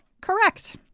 Correct